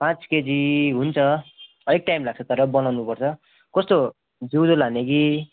पाँच केजी हुन्छ अलिक टाइम लाग्छ तर बनाउनु पर्छ कस्तो जिउँदो लाने कि